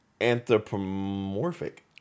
Anthropomorphic